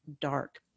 dark